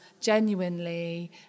genuinely